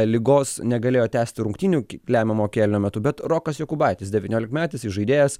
ligos negalėjo tęsti rungtynių lemiamo kėlinio metu bet rokas jokubaitis devyniolikmetis įžaidėjas